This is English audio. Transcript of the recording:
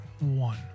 one